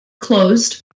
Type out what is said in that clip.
closed